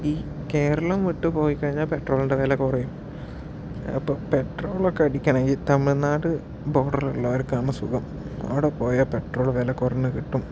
ഈ കേരളം വിട്ടു പോയി കഴിഞ്ഞാൽ പെട്രോളിൻ്റെ വില കുറയും അപ്പോൾ പെട്രോളൊക്കെ അടിയ്ക്കണമെങ്കിൽ തമിഴ്നാട് ബോർഡറിലുള്ളവർക്കാണ് സുഖം അവിടെ പോയാൽ പെട്രോൾ വില കുറഞ്ഞു കിട്ടും